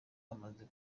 amaze